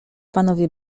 panowie